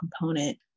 component